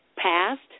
Past